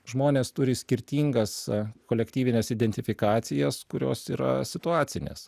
žmonės turi skirtingas kolektyvines identifikacijas kurios yra situacinės